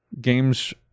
games